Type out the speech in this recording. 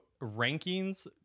rankings